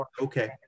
Okay